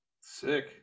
Sick